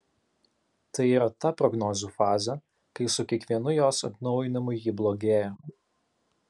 tai yra ta prognozių fazė kai su kiekvienu jos atnaujinimu ji blogėja